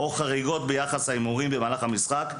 או חריגות ביחס ההימורים במהלך המשחק,